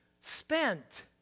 spent